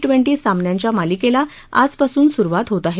twenty सामन्यांच्या मालिकेला आजपासून सुरुवात होत आहे